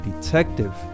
Detective